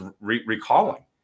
recalling